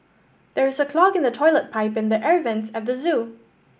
there is a clog in the toilet pipe and the air vents at the zoo